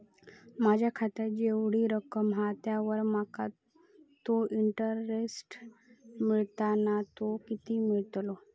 माझ्या खात्यात जेवढी रक्कम हा त्यावर माका तो इंटरेस्ट मिळता ना तो किती मिळतलो?